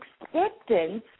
acceptance